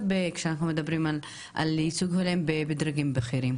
כשאנחנו מדברים על ייצוג הולם בדרגים בכירים.